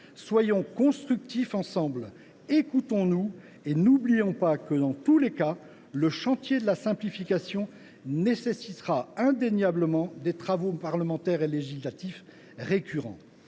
Soyons constructifs ensemble, écoutons nous et n’oublions pas que, dans tous les cas, le chantier de la simplification nécessitera indéniablement des travaux parlementaires et législatifs récurrents